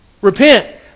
Repent